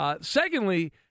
Secondly